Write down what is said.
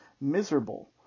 miserable